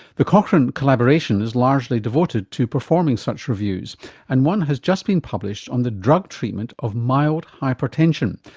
the cochrane collaboration is largely devoted to performing such reviews and one has just been published on the drug treatment of mild hypertension,